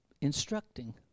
instructing